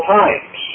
times